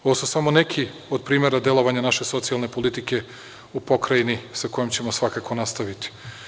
Ovo su samo neki od primera delovanja naše socijalne politike u Pokrajini, sa kojom ćemo svakako nastaviti.